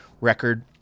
record